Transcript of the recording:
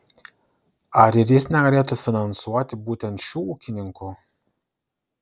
ar ir jis negalėtų finansuoti būtent šių ūkininkų